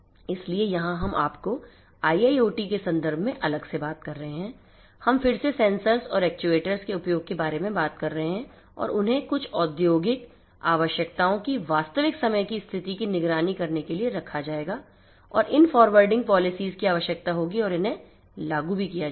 इसलिए यहां हम आपको IIoT के संदर्भ में अलग से बात कर रहे हैं हम फिर से सेंसर और एक्ट्यूएटर्स के उपयोग के बारे में बात कर रहे हैं और उन्हें कुछ औद्योगिक आवश्यकताओं की वास्तविक समय की स्थिति की निगरानी करने के लिए रखा जाएगा और इन फॉरवर्डिंग पॉलिसीज की आवश्यकता होगी और इन्हें लागू भी किया जाएगा